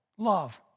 Love